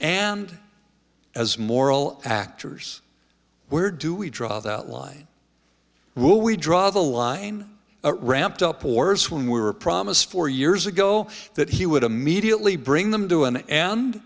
and as moral actors where do we draw that line will we draw the line a ramped up wars when we were promised four years ago that he would immediately bring them to an end